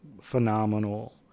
phenomenal